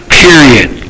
period